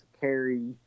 carry